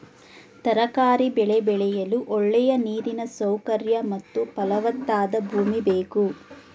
ತರಕಾರಿ ಬೆಳೆ ಬೆಳೆಯಲು ಒಳ್ಳೆಯ ನೀರಿನ ಸೌಕರ್ಯ ಮತ್ತು ಫಲವತ್ತಾದ ಭೂಮಿ ಬೇಕು